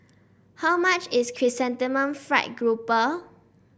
how much is Chrysanthemum Fried Grouper